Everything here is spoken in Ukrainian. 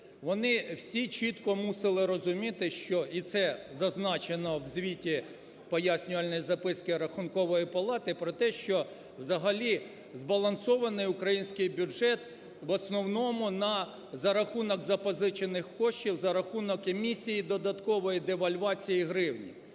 вони всі чітко мусили розуміти і це зазначено у звіті пояснювальної записки Рахункової палати про те, що взагалі збалансований український бюджет в основному за рахунок запозичених коштів, за рахунок емісії додаткової, девальвації гривні.